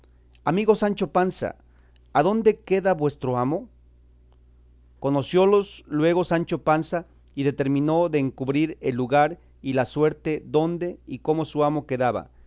amigo sancho panza adónde queda vuestro amo conociólos luego sancho panza y determinó de encubrir el lugar y la suerte donde y como su amo quedaba